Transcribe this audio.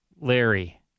Larry